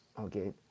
okay